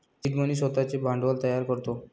seed money स्वतःचे भांडवल तयार करतो